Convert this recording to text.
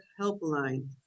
helpline